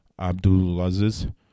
Abdulaziz